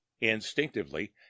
Instinctively